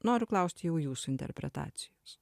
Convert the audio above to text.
noriu klaust jau jūsų interpretacijos